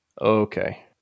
Okay